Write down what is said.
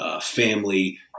family